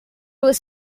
was